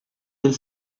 del